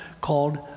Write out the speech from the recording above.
called